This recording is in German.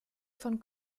von